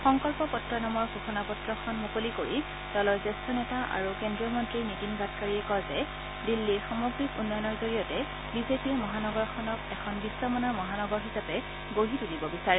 সংকল্প পত্ৰ নামৰ ঘোষণাপত্ৰখন মুকলি কৰি দলৰ জ্যেষ্ঠ নেতা আৰু কেন্দ্ৰীয় মন্ত্ৰী নীতিন গাডকাৰীয়ে কয় যে দিল্লীৰ সামগ্ৰিক উন্নয়নৰ জৰিয়তে বিজেপিয়ে মহানগৰখনক এখন বিশ্ব মানৰ মহানগৰ হিচাপে গঢ়ি তুলিব বিচাৰে